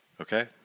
Okay